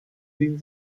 wien